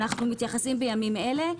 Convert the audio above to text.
אנחנו מתייחסים בימים אלה.